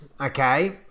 Okay